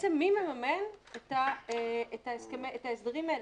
מי מממן את ההסדרים האלה?